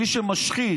מי שמשחית,